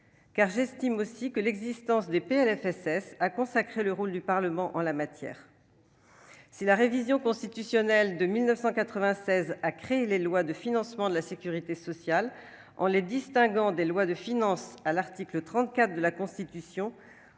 financement de la sécurité sociale a consacré le rôle du Parlement en la matière. Si la révision constitutionnelle de 1996 a créé les lois de financement de la sécurité sociale en les distinguant des lois de finances à l'article 34 de la Constitution,